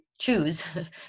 choose